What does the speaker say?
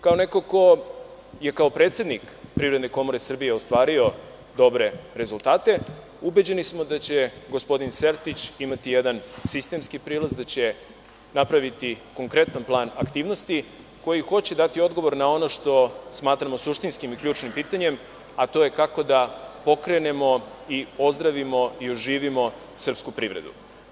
Kao neko ko je kao predsednik Privredne komore Srbije ostvario dobre rezultate, ubeđeni smo da će gospodin Sertić imati jedan sistemski prilaz, da će napraviti konkretan plan aktivnosti, koji će dati odgovor na ono što smatramo suštinskim i ključnim pitanjem, a to je kako da pokrenemo i ozdravimo i oživimo srpsku privredu.